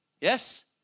Yes